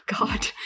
God